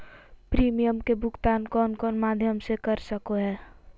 Premium के भुक्तान कौन कौन माध्यम से कर सको है?